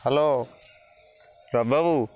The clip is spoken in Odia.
ହ୍ୟାଲୋ ରବ୍ ବାବୁ